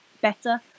better